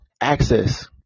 access